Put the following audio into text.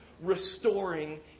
restoring